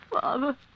Father